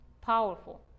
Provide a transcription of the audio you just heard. powerful